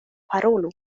parolu